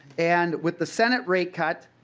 and with the senate rate cut